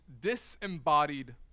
disembodied